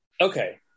Okay